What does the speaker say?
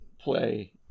play